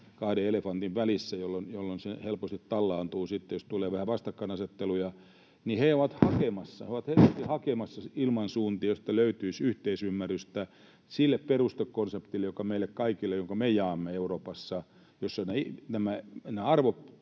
kahden elefantin välissä helposti tallaantuu sitten, jos tulee vähän vastakkainasetteluja. He ovat erityisesti hakemassa ilmansuuntia, joista löytyisi yhteisymmärrystä sille perustekonseptille, jonka me kaikki jaamme Euroopassa, jossa on nämä arvot,